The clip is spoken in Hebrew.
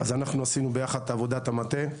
אז אנחנו עשינו ביחד את עבודת המטה,